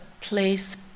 place